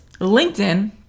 LinkedIn